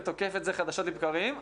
ותוקף את זה חדשות לבקרים.